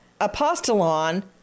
Apostolon